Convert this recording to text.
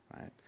right